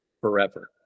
forever